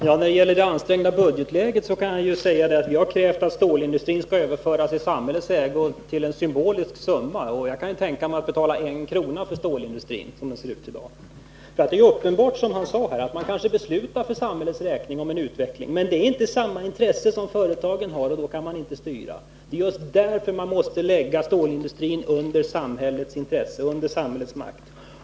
Herr talman! På tal om det ansträngda budgetläget vill jag säga att vi har krävt att stålindustrin skall överföras i samhällets ägo för en symbolisk summa. Jag kan tänka mig att betala en krona för stålindustrin som den ser ut i dag. Även om samhället beslutar sig, som Karl Björzén sade, för en viss utveckling, kanske den inte överensstämmer med företagens intressen. Då kan man inte heller styra företagen. Därför måste stålindustrin vara i samhällets ägo.